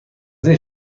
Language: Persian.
این